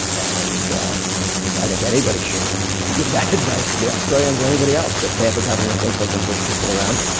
and i think anybody should give that advice to the australians or anybody else, if they have a government thinks they can push people around.